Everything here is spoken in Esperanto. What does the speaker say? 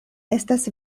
estas